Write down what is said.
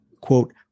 quote